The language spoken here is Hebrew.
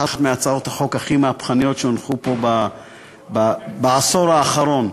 אחת מהצעות החוק הכי מהפכניות שהונחו פה בעשור האחרון,